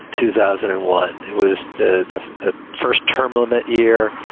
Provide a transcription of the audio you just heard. two thousand and one was the first term limit year,